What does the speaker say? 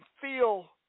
feel